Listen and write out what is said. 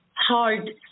hard